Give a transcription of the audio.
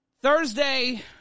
Thursday